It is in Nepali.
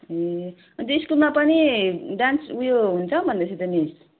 ए अन्त स्कुलमा पनि डान्स उयो हुन्छ भन्दै थियो त मिस